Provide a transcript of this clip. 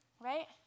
right